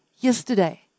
Yesterday